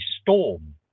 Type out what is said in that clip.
storm